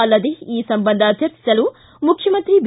ಅಲ್ಲದೇ ಈ ಸಂಬಂಧ ಚರ್ಚಿಸಲು ಮುಖ್ಯಮಂತ್ರಿ ಬಿ